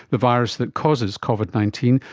the virus that causes covid nineteen,